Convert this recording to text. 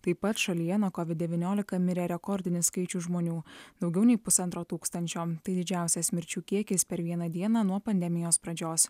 taip pat šalyje nuo covid devyniolika mirė rekordinis skaičius žmonių daugiau nei pusantro tūkstančio tai didžiausias mirčių kiekis per vieną dieną nuo pandemijos pradžios